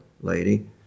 lady